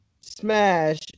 smash